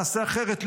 נעשה אחרת,